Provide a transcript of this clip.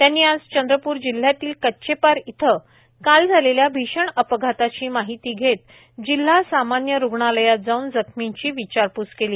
त्यांनी आज चंद्रप्र जिल्ह्यातील कच्चेपार इथ काल झालेल्या भीषण अपघाताची माहिती घेत जिल्हा सामान्य रुग्णालयात जाऊन जखमींची विचारपूस केली